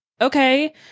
Okay